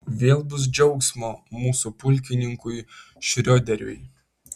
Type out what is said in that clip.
vėl bus džiaugsmo mūsų pulkininkui šrioderiui